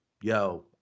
yo